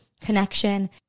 Connection